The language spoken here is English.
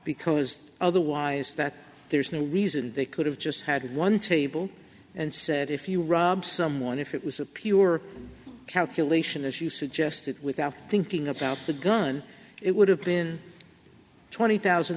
because otherwise that there's no reason they could have just had one table and said if you rob someone if it was a pure calculation as you suggested without thinking about the gun it would have been twenty thousand